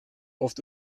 oft